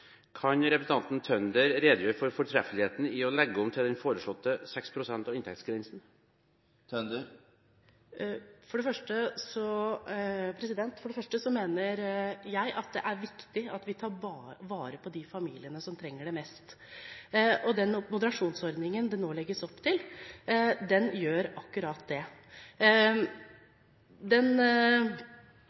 Kan representanten Tønder redegjøre for fortreffeligheten av å legge om til den foreslåtte 6 pst. av inntektsgrensen? For det første mener jeg at det er viktig at vi tar vare på de familiene som trenger det mest. Den moderasjonsordningen det nå legges opp til, gjør akkurat det. Den